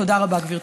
תודה רבה, גברתי.